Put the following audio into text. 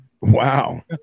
wow